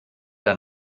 der